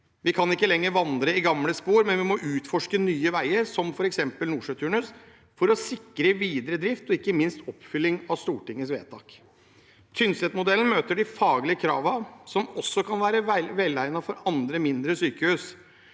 Vi kan ikke lenger vandre i gamle spor, men vi må utforske nye veier, som f.eks. nordsjøturnus, for å sikre videre drift og ikke minst oppfylling av Stortingets vedtak. Tynset-modellen møter de faglige kravene og kan også være velegnet for andre mindre sykehus.